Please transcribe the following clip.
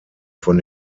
von